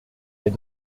les